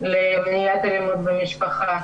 למניעת אלימות במשפחה